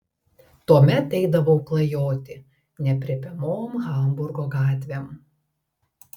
tuomet eidavau klajoti neaprėpiamom hamburgo gatvėm